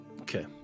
Okay